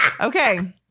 Okay